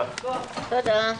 די,